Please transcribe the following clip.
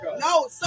no